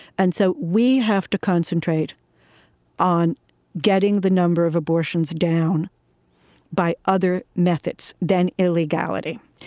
and so we have to concentrate on getting the number of abortions down by other methods than illegality.